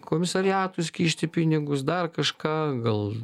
komisariatus kišti pinigus dar kažką gal